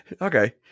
Okay